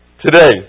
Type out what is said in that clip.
today